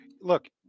look